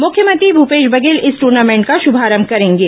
मुख्यमंत्री भूपेश बघेल इस ट्रनामेंट का शुभारंभ करेंगे